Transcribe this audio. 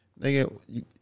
Nigga